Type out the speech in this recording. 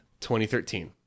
2013